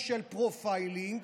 racial profiling,